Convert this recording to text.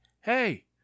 Hey